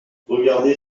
regardez